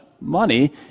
money